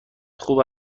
خوب